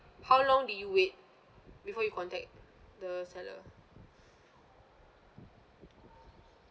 how long did you wait before you contact the seller